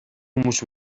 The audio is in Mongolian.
хүмүүс